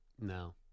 No